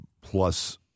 plus